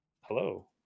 hello